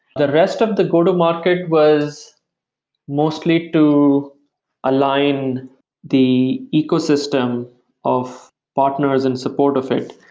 the rest of the go-to market was mostly to align the ecosystem of partners and support of it.